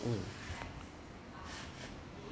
mm